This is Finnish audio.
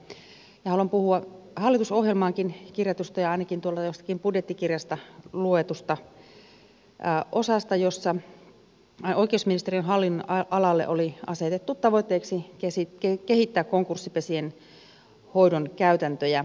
haluan puhua hallitusohjelmaankin kirjatusta ja ainakin tuolta jostakin budjettikirjasta luetusta osasta jossa oikeusministeriön hallinnonalalle oli asetettu tavoitteeksi kehittää konkurssipesien hoidon käytäntöjä